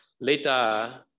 Later